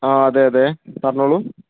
ആ അതെ അതെ പറഞ്ഞോളു